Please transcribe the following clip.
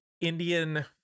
Indian